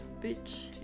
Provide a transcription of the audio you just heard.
bitch